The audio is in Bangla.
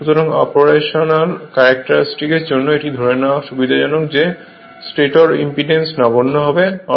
সুতরাং অপারেশনাল ক্যারেক্টারিস্টিক জন্য এটি ধরে নেওয়া সুবিধাজনক যে স্টেটর ইম্পিডেন্স নগণ্য হবে